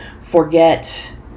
forget